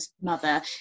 mother